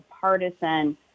partisan